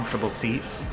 seats.